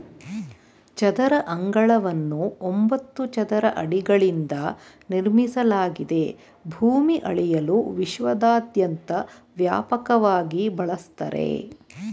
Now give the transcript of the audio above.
ಚದರ ಅಂಗಳವನ್ನು ಒಂಬತ್ತು ಚದರ ಅಡಿಗಳಿಂದ ನಿರ್ಮಿಸಲಾಗಿದೆ ಭೂಮಿ ಅಳೆಯಲು ವಿಶ್ವದಾದ್ಯಂತ ವ್ಯಾಪಕವಾಗಿ ಬಳಸ್ತರೆ